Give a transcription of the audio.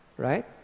right